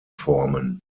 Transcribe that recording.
formen